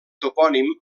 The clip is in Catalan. topònim